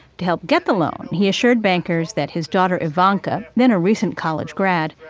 to help get the loan, he assured bankers that his daughter, ivanka, then a recent college grad,